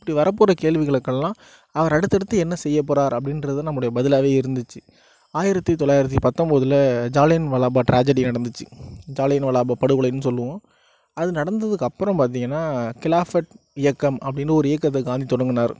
இப்படி வரப்போகிற கேள்விகளுக்கு எல்லாம் அவர் அடுத்தடுத்து என்ன செய்ய போகிறார் அப்படின்றது நம்முடைய பதிலாகவே இருந்துச்சு ஆயிரத்தி தொள்ளாயிரத்தி பத்தொன்போதுல ஜாலியன் வாலாபாக் ட்ராஜெடி நடந்துச்சு ஜாலியன்வாலா பாக் படுகொலைனு அது நடந்ததுக்கு அப்புறம் பார்த்திங்கனா கிலாஃபட் இயக்கம் அப்படினு ஒரு இயக்கத்தை காந்தி தொடங்கினாரு